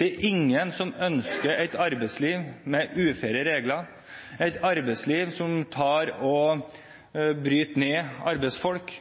Det er ingen som ønsker et arbeidsliv med «unfaire» regler, et arbeidsliv som bryter ned arbeidsfolk.